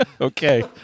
Okay